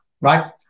Right